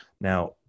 Now